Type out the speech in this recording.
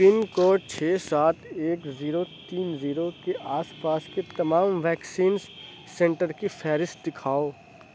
پن code چھ سات ایک زیرو تین زیرو کے آس پاس کے تمام ویکسینس سینٹر کی فہرست دکھاؤ